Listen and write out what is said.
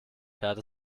fährt